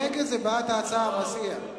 נגד זה בעד הצעת המציע.